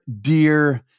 dear